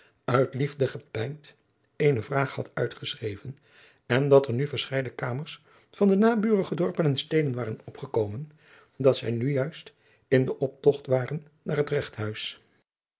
uit liefde gepijnd eene vraag had uitgeschreven en dat er nu verscheiden kamers van de naburige dorpen en steden waren opgekomen dat zij nu juist in den optogt waren naar het regthuis